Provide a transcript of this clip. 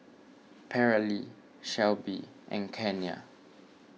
Paralee Shelby and Kiana